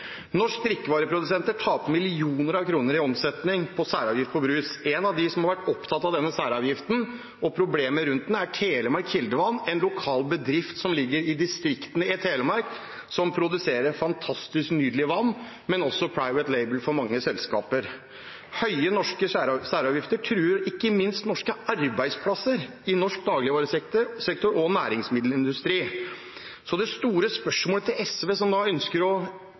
drikkevareprodusenter taper millioner av kroner i omsetning på særavgift på brus. En av dem som har vært opptatt av denne særavgiften og problemer rundt den, er Telemark Kildevann, en lokal bedrift som ligger i distriktet i Telemark, og som produserer fantastisk, nydelig vann og også «private label» for mange selskaper. Høye norske særavgifter truer ikke minst norske arbeidsplasser i norsk dagligvaresektor og næringsmiddelindustri. Det store spørsmålet til SV, som da ønsker å